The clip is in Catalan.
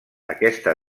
aquesta